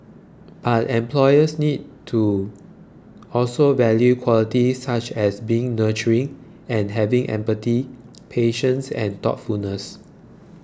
but employers need to also value qualities such as being nurturing and having empathy patience and thoughtfulness